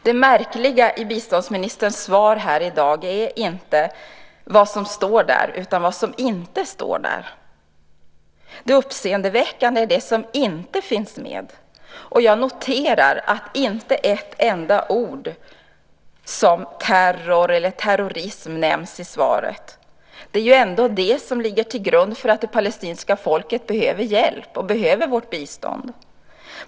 Det märkliga i biståndsministerns svar här i dag är inte vad som står där utan vad som inte står där. Det uppseendeväckande är det som inte finns med. Jag noterar att inte ett enda ord som terror eller terrorism nämns i svaret. Det är ändå det som ligger till grund för att det palestinska folket behöver hjälp och behöver vårt bistånd.